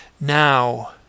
Now